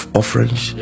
offerings